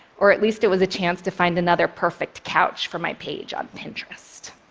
or at least it was a chance to find another perfect couch for my page on pinterest.